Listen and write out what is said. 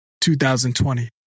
2020